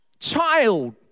Child